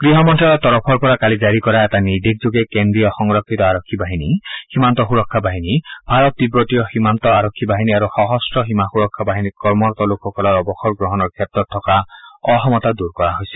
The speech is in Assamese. গৃহ মন্ত্যালয়ৰ তৰফৰ পৰা কালি জাৰি কৰা এটা নিৰ্দেশযোগে কেন্দ্ৰীয় সংৰক্ষিত আৰক্ষী বাহিনী সীমান্ত সুৰক্ষা বাহিনী ভাৰত তীববতীয় সীমান্ত আৰক্ষী বাহিনী আৰু সশস্ত্ৰ সীমা সুৰক্ষা বাহিনীত কৰ্মৰত লোকসকলৰ অৱসৰ গ্ৰহণৰ ক্ষেত্ৰত থকা অসমতা দূৰ কৰা হৈছে